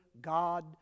God